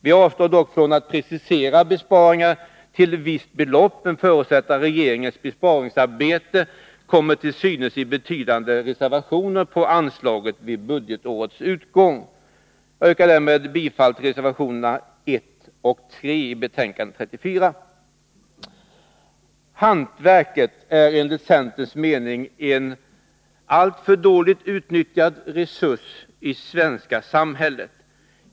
Vi avstår från att precisera besparingarna till visst belopp, men förutsätter att regeringens besparingsarbete kommer till synes i betydande reservationer på anslaget vid budgetårets utgång. Jag yrkar med detta bifall till reservationerna 1 och 3 i betänkande 34. Hantverket är enligt centerns mening en alltför dåligt utnyttjad resurs i det svenska samhället.